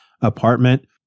apartment